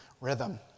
rhythm